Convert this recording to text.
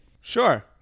Sure